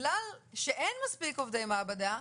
שבגלל שאין מספיק עובדי מעבדה